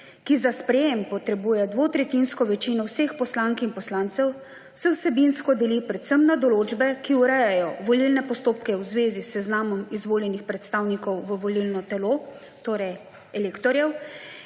ki za sprejem potrebuje dvotretjinsko večino vseh poslank in poslancev, se vsebinsko deli predvsem na določbe, ki urejajo volilne postopke v zvezi s seznamom izvoljenih predstavnikov v volilno telo, torej elektorjev,